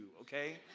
okay